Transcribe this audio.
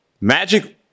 Magic